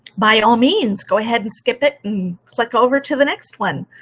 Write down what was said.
by all means go ahead and skip it and click over to the next one.